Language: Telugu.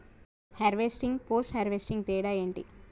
హార్వెస్టింగ్, పోస్ట్ హార్వెస్టింగ్ తేడా ఏంటి?